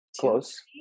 close